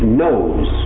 knows